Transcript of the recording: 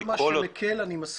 אז אני מסכים, כל מה שמקל אני מסכים.